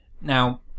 Now